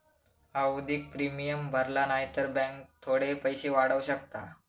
आवधिक प्रिमियम भरला न्हाई तर बॅन्क थोडे पैशे वाढवू शकता